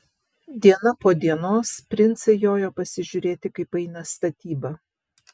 diena po dienos princai jojo pasižiūrėti kaip eina statyba